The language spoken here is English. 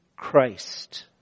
Christ